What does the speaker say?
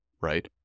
right